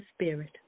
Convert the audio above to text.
Spirit